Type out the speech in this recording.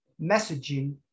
messaging